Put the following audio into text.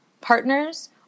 partners